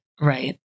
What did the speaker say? right